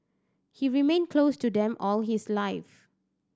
he remained close to them all his life